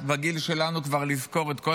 בגיל שלנו אני כבר לא מצליח לזכור את כל